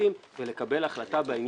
ולקבל החלטה בעניין,